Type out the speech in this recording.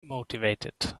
motivated